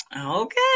Okay